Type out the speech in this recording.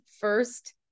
first